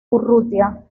urrutia